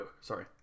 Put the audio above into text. Sorry